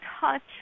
touch